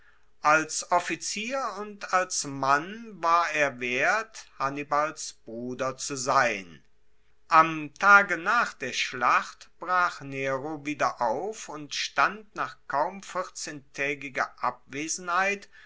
als offizier und als mann war er wert hannibals bruder zu sein am tage nach der schlacht brach nero wieder auf und stand nach kaum vierzehntaegiger abwesenheit